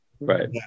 Right